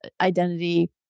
identity